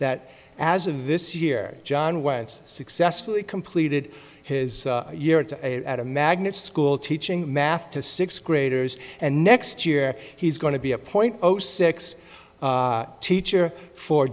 that as of this year john was successfully completed his year at a magnet school teaching math to sixth graders and next year he's going to be a point zero six teacher for